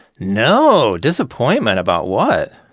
no. disappointment about what?